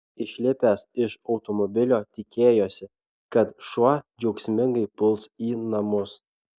išlipęs iš automobilio tikėjosi kad šuo džiaugsmingai puls į namus